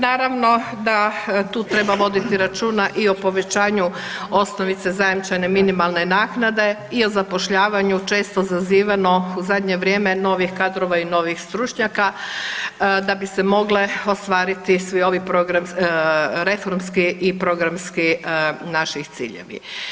Naravno da tu treba voditi računa i o povećanju osnovice zajamčene minimalne naknade i o zapošljavanju često zazivano u zadnje vrijeme novih kadrova i novih stručnjaka da bi se mogle ostvariti svi ovi reformski i programski naši ciljevi.